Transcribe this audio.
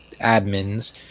admins